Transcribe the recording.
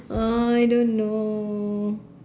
uh I don't know